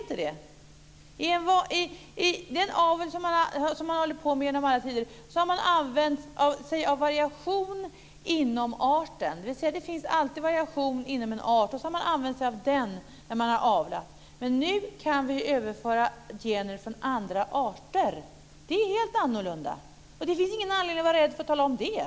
I den avel som man har hållit på med genom alla tider har man använt sig av variationer inom arten. Det finns alltid variationer inom en art, och det är dessa man har använt sig av när man har avlat. Men nu kan vi överföra gener från andra arter. Det är helt annorlunda. Det finns ingen anledning att vara rädd för att tala om det.